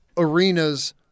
arenas